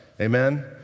amen